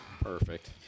Perfect